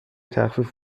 تخفیف